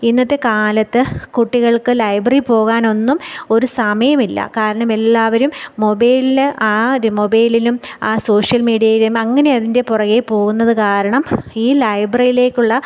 ഇന്നത്തെ കാലത്ത് കുട്ടികൾക്ക് ലൈബ്രറി പോകാനൊന്നും ഒരു സമയമില്ല കാരണം എല്ലാവരും മൊബൈലിൽ ആ ഒരു മൊബൈലിലും ആ സോഷ്യൽ മീഡിയയിലും അങ്ങനെ അതിൻ്റെ പുറകേ പോകുന്നത് കാരണം ഈ ലൈബ്രറിയിലേക്കുള്ള